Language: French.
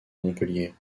montpellier